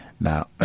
Now